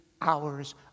hours